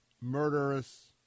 murderous